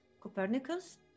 Copernicus